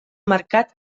mercat